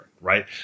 right